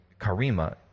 Karima